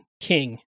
King